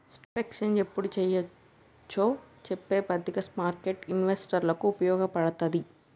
stock exchange యెప్పుడు చెయ్యొచ్చో చెప్పే పట్టిక స్మార్కెట్టు ఇన్వెస్టర్లకి వుపయోగపడతది